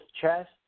chest